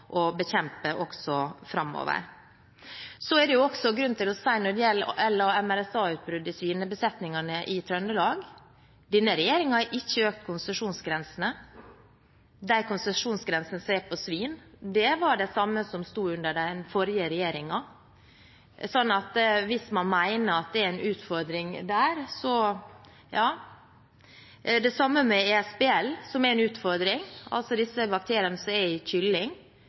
bekjempe også framover. Det er også grunn til å si når det gjelder LA-MRSA-utbruddet i svinebesetningene i Trøndelag, at denne regjeringen har ikke økt konsesjonsgrensene. De konsesjonsgrensene som er på svin, er de samme som var under den forrige regjeringen, så hvis man mener at det er en utfordring der, så – ja. Det samme med ESBL, som er en utfordring, altså disse bakteriene som er i kylling.